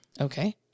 Okay